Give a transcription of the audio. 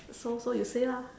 so so you say lah